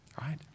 right